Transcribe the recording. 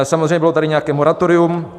Samozřejmě tady bylo nějaké moratorium.